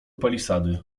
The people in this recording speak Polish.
palisady